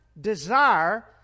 desire